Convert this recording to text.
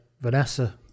Vanessa